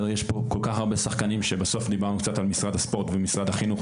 יש פה כל כך הרבה שחקנים שבסוף דיברנו קצת על משרד הספורט ומשרד החינוך,